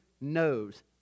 knows